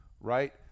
right